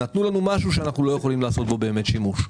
נתנו לנו משהו שאנחנו לא יכולים לעשות בו באמת שימוש.